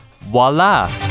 voila